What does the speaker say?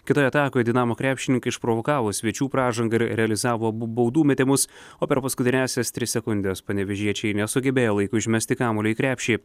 kitoje atakoje dinamo krepšininkai išprovokavo svečių pražangą ir realizavo abu baudų metimus o per paskutiniąsias tris sekundes panevėžiečiai nesugebėjo laiku išmesti kamuolį į krepšį